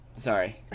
sorry